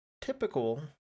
typical